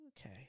Okay